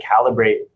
calibrate